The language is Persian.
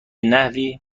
نحوی